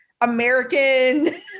american